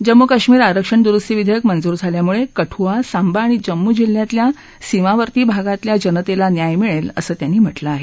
जम्मू कश्मीर आरक्षण दुरुस्ती विधेयक मंजूर झाल्यामुळे कठुआ सांबा आणि जम्मू जिल्ह्यांमधल्या सीमावर्ती भागातल्या जनतेला न्याय मिळेल असं त्यांनी म्हटलंय